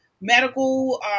medical